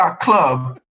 Club